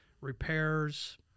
repairs